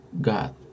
god